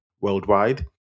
worldwide